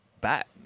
bat